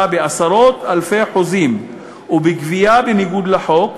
בעשרות אלפי חוזים ובגבייה בניגוד לחוק,